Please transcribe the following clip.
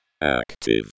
Active